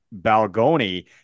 Balgoni